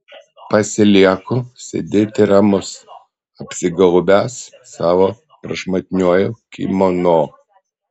pasilieku sėdėti ramus apsigaubęs savo prašmatniuoju kimono